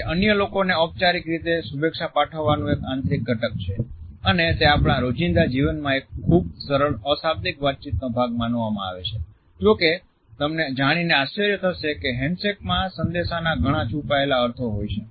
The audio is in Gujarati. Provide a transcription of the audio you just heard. તે અન્ય લોકોને ઔપચારિક રીતે શુભેચ્છા પાઠવવાનું એક આંતરિક ઘટક છે અને તે આપણા રોજિંદા જીવનમાં એક ખૂબ જ સરળ અશાબ્દિક વાતચીતનો ભાગ માનવામાં આવે છે જો કે તમને જાણીને આશ્ચર્ય થશે કે હેન્ડશેક માં સંદેશાના ઘણા છુપાયેલા અર્થો હોય છે